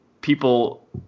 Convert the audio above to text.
people